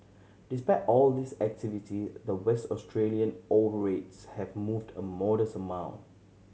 despite all this activity the West Australia ore rates have moved a modest amount